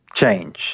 change